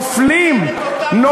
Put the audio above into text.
את אותן תשובות,